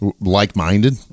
like-minded